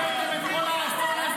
אתם בגדתם בצבא.